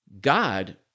God